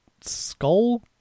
Skull